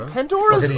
Pandora